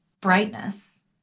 brightness